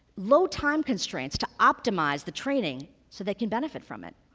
low time constraints to optimize the training so they can benefit from it.